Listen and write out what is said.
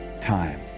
time